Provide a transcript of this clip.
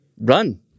Run